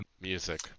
music